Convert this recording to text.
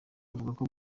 avuka